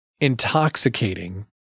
intoxicating